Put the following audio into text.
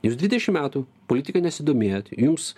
jūs dvidešim metų politika nesidomėjot jums